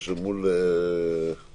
הקשר מול גורמי רפואה?